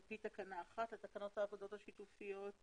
על פי תקנה 1 לתקנות האגודות השיתופיות (ייסוד),